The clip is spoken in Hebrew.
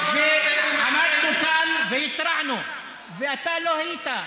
עמדנו כאן והתרענו, ואתה לא היית,